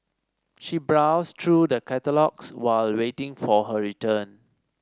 she browsed through the catalogues while waiting for her return